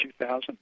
2,000